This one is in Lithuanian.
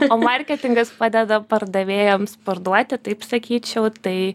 o marketingas padeda pardavėjams parduoti taip sakyčiau tai